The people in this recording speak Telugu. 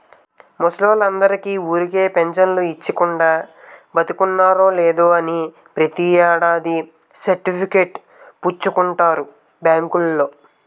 ముసలోల్లందరికీ ఊరికే పెంచను ఇచ్చీకుండా, బతికున్నారో లేదో అని ప్రతి ఏడాది సర్టిఫికేట్ పుచ్చుకుంటారు బాంకోల్లు